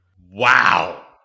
Wow